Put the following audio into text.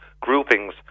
groupings